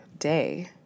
day